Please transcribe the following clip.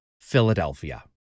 Philadelphia